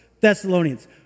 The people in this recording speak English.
Thessalonians